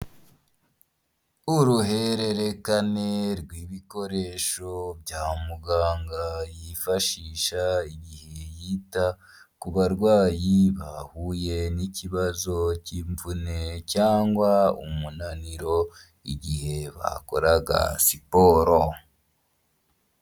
Uruhererekane rw'ibikoresho bya muganga yifashisha igihe yita ku barwayi bahuye n'ikibazo cy'imvune cyangwa umunaniro igihe bakoraga siporo.